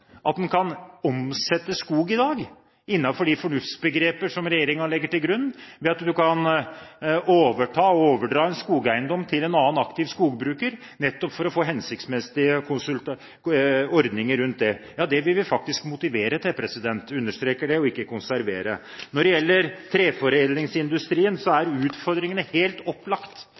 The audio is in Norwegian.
at en kan omsette skog i dag innenfor de fornuftsbegreper som regjeringen legger til grunn, ved at man kan overdra en skogeiendom til en annen aktiv skogbruker nettopp for å få hensiktsmessige ordninger rundt det. Det vil vi faktisk motivere til – jeg understreker det – og ikke konservere. Når det gjelder treforedlingsindustrien, er utfordringene helt